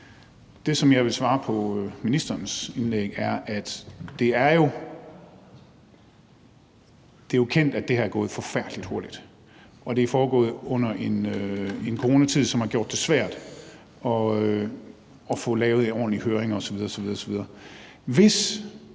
forhold til ministerens indlæg, er, at det jo er kendt, at det her er gået for hurtigt, og at det er foregået i en coronatid, som har gjort det svært at få lavet en ordentlig høring osv.